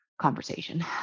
conversation